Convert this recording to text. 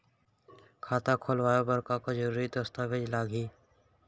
खाता खोलवाय बर का का जरूरी दस्तावेज लागही?